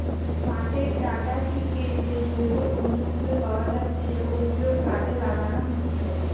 পাটের ডাঁটা থিকে যে জৈব তন্তু গুলো পাওয়া যাচ্ছে ওগুলো কাজে লাগানো হচ্ছে